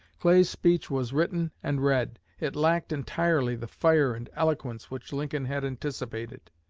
clay's speech was written and read it lacked entirely the fire and eloquence which lincoln had anticipated.